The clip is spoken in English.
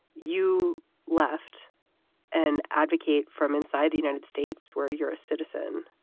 you left an advocate from inside the united states where you're a citizen.